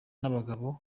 n’abagabo